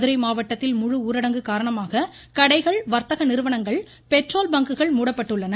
மதுரை மாவட்டத்தில் முழு ஊரடங்கு காரணமாக கடைகள் வா்த்தக நிறுவனங்கள் பெட்ரோல் பங்குகள் மூடப்பட்டுள்ளன